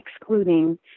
excluding